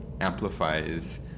amplifies